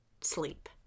sleep